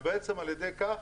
ועל ידי כך